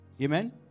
Amen